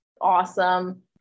awesome